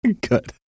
Good